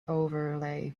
overlay